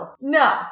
No